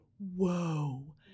whoa